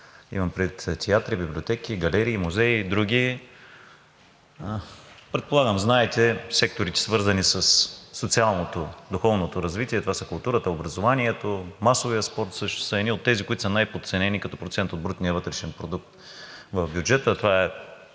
Имам предвид театри, библиотеки, галерии, музеи и други? Предполагам, знаете – секторите, свързани със социалното, духовното развитие, това са културата, образованието, масовият спорт. Те също са едни от тези, които са най-подценени като процент от брутния вътрешен продукт в бюджета, а това е